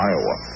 Iowa